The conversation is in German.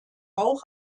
auch